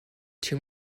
too